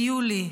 ביולי,